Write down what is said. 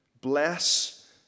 Bless